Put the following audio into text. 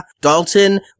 Dalton